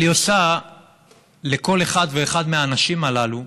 אבל היא עושה לכל אחד ואחד מהאנשים הללו